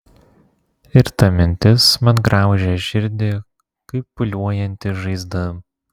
ir ta mintis man graužia širdį kaip pūliuojanti žaizda